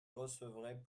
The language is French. recevraient